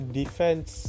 defense